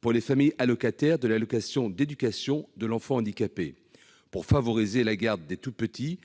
pour les familles bénéficiaires de l'allocation d'éducation de l'enfant handicapé (AEEH), afin de favoriser la garde des tout-petits,